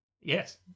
Yes